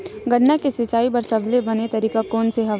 गन्ना के सिंचाई बर सबले बने तरीका कोन से हवय?